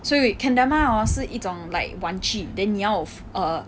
so we kendama hor 是一种 like 玩具 then 你要 err